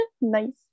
Nice